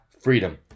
freedom